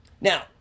Now